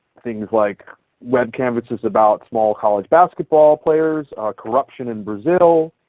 things like web canvases about small college basketball players, corruption in brazil.